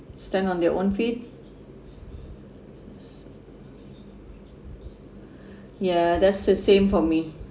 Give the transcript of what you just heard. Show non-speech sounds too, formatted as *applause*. stand on their own feet *breath* ya that's the same for me